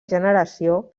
generació